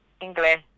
English